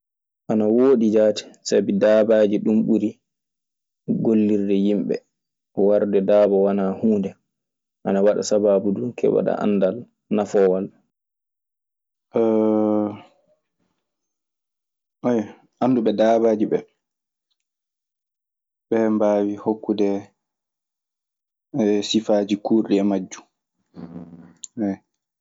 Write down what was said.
Ana wooɗi jaati. Sabi daabaji du mburi golirɗe yimɓe. warɗe daaba wanaa huunde ana saaboo dun beɓoɗa andal nafoowal. aywa, annduɓe dabbaaji ɓe, ɓe mbaawi hokkude sifaaji kurɗi e majjum.